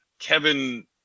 Kevin